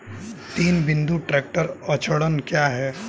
तीन बिंदु ट्रैक्टर अड़चन क्या है?